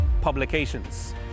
publications